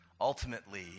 ultimately